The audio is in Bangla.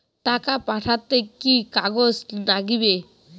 টাকা পাঠাইতে কি কাগজ নাগীবে?